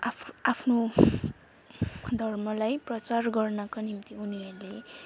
आफ् आफ्नो धर्मलाई प्रचार गर्नका निम्ति उनीहरूले